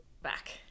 back